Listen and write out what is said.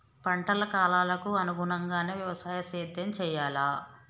పంటల కాలాలకు అనుగుణంగానే వ్యవసాయ సేద్యం చెయ్యాలా?